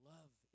Love